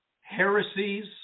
heresies